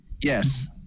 yes